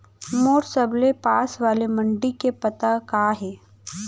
मोर सबले पास वाले मण्डी के पता का हे?